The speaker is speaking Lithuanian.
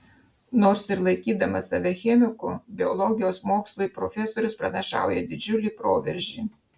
nors ir laikydamas save chemiku biologijos mokslui profesorius pranašauja didžiulį proveržį